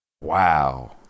Wow